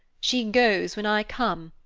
she goes when i come,